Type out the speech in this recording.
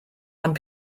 ond